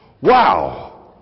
Wow